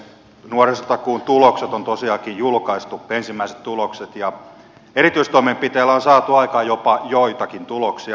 nuorisotakuun ensimmäiset tulokset on tosiaankin julkaistu ja erityistoimenpiteillä on saatu aikaan jopa joitakin tuloksia